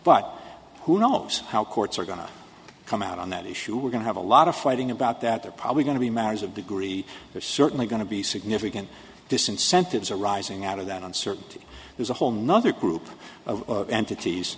but who knows how courts are gonna come out on that issue we're going to have a lot of fighting about that they're probably going to be matters of degree they're certainly going to be significant disincentives arising out of that uncertainty there's a whole nother group of entities